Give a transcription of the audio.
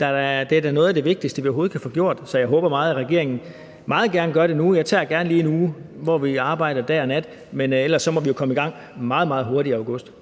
Det er da noget af det vigtigste, vi overhovedet kan få gjort. Så jeg håber meget, at regeringen gør det nu. Jeg tager gerne lige en uge, hvor vi arbejder dag og nat, men ellers må vi jo komme i gang meget, meget hurtigt i august.